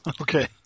Okay